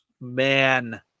man